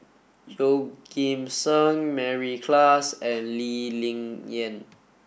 Yeoh Ghim Seng Mary Klass and Lee Ling Yen